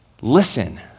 listen